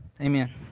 Amen